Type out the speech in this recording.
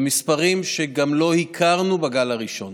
במספרים שגם לא הכרנו בגל הראשון.